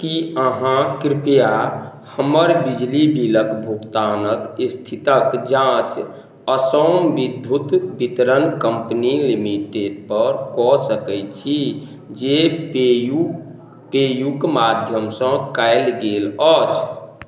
कि अहाँ कृपया हमर बिजली बिलके भुगतानके इस्थितके जाँच असम विद्युत वितरण कम्पनी लिमिटेडपर कऽ सकैत छी जे पेयू पेयूके माध्यमसँ कएल गेल अछि